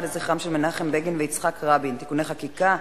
לזכרם של מנחם בגין ויצחק רבין (תיקוני חקיקה),